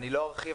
אני לא ארחיב.